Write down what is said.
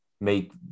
make